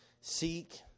seek